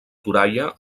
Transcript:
toralla